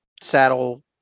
saddle